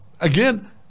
again